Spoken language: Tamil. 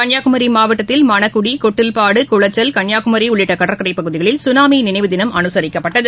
கன்னியாகுமரிமாவட்டத்தில் மணக்குடி கொட்டில்பாடு குளச்சல் கன்னியாகுமரிஉள்ளிட்டகடற்கரைப்பகுதிகளில் சுனாமிநினைவுதினம் அனுசரிக்கப்பட்டது